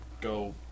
go